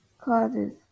causes